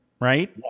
right